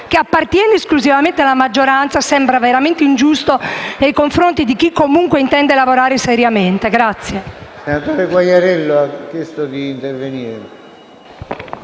che appartiene esclusivamente alla maggioranza sembra veramente ingiusto nei confronti di chi comunque intende lavorare seriamente.